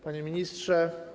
Panie Ministrze!